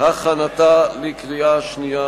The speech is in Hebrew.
הכנתה לקריאה שנייה